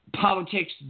politics